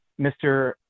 Mr